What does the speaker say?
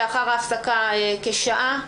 לאחר ההפסקה כשעה,